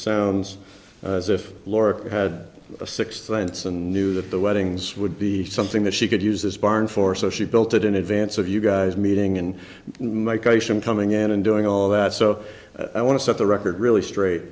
sounds as if lorica had a sixth sense and knew that the weddings would be something that she could use this barn for so she built it in advance of you guys meeting and in my case i'm coming in and doing all that so i want to set the record really straight